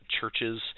churches